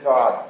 God